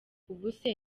ubuse